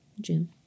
gym